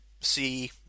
see